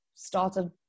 started